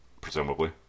presumably